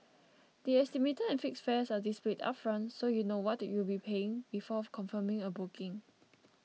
the estimated and fixed fares are displayed upfront so you know what you'll be paying before confirming a booking